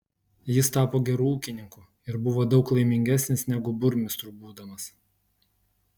jis tapo geru ūkininku ir buvo daug laimingesnis negu burmistru būdamas